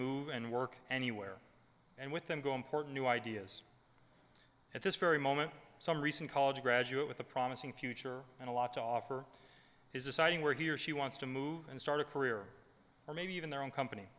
move and work anywhere and with them go important new ideas at this very moment some recent college graduate with a promising future and a lot to offer his deciding where he or she wants to move and start a career or maybe even their own company